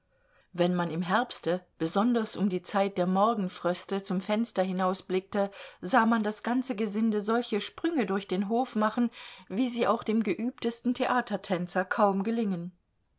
wenn man im herbste besonders um die zeit der morgenfröste zum fenster hinausblickte sah man das ganze gesinde solche sprünge durch den hof machen wie sie auch dem geübtesten theatertänzer kaum gelingen